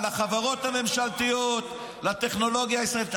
-- לחברות הממשלתיות, לטכנולוגיה הישראלית.